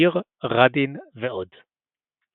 מיר ראדין ועוד.